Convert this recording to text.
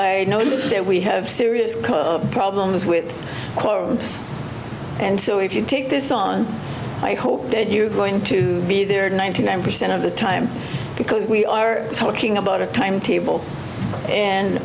i notice that we have serious problems with clothes and so if you take this on i hope that you are going to be there ninety nine percent of the time because we are talking about a timetable and